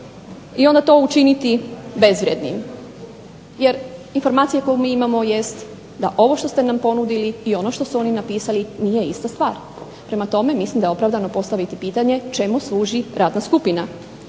i onda to učiniti bezvrijednim, jer informacija koju mi imamo jest da ovo što ste nam ponudili i ono što su oni napisali nije ista stvar. Prema tome mislim da je opravdano postaviti pitanje čemu služi radna skupina.